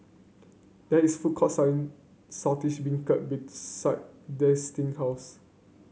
there is a food court selling Saltish Beancurd beside Destin house